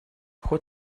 ход